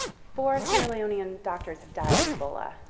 four sierra leonean doctors have died of ebola,